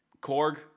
Korg